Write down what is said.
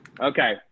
Okay